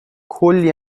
کلی